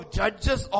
judges